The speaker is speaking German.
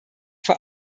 vor